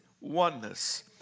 oneness